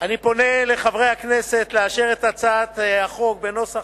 אני פונה אל חברי הכנסת לאשר את הצעת החוק בנוסח